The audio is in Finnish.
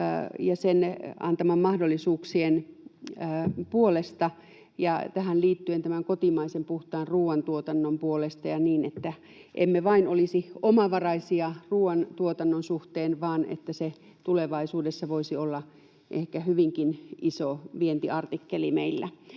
ja sen antamien mahdollisuuksien puolesta ja tähän liittyen tämän kotimaisen puhtaan ruoantuotannon puolesta, niin että emme vain olisi omavaraisia ruoantuotannon suhteen vaan että se tulevaisuudessa voisi olla ehkä hyvinkin iso vientiartikkeli meillä.